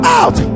out